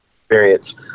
experience